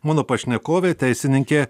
mano pašnekovė teisininkė